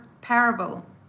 parable